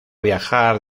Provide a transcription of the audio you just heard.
viajar